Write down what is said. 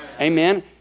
Amen